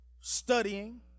studying